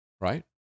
Right